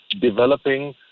developing